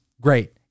great